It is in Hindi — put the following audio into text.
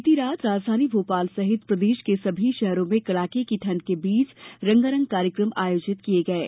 बीती रात राजधानी भोपाल सहित प्रदेश के सभी शहरों में कड़ाके की ठंड के बीच रंगारंग कार्यक्रम आयोजित किये गये